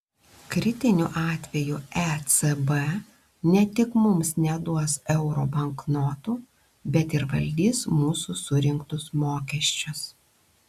kritiniu atveju ecb ne tik mums neduos euro banknotų bet ir valdys mūsų surinktus mokesčius